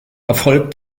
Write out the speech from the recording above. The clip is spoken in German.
erfolg